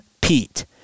Pete